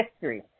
history